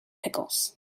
pickles